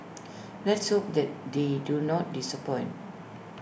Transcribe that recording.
let's hope that they do not disappoint